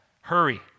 hurry